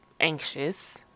anxious